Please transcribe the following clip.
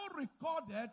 recorded